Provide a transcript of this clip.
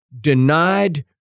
denied